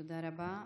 תודה רבה.